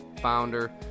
founder